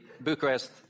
Bucharest